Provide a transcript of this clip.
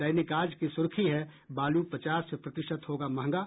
दैनिक आज की सुर्खी है बालू पचास प्रतिशत होगा महंगा